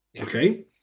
Okay